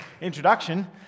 introduction